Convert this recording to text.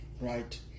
Right